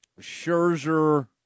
Scherzer